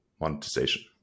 monetization